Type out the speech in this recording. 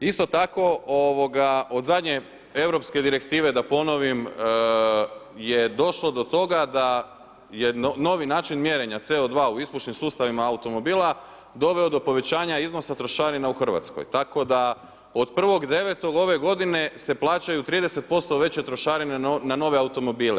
Isto tako od zadnje europske direktive, da ponovim, je došlo do toga da je novi način mjerenja CO2 u ispušnim sustavima automobila doveo do povećanja iznosa trošarina u Hrvatskoj. tako da od 1.9. ove godine se plaćaju 30% veće trošarine na nove automobile.